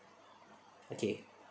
okay